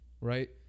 Right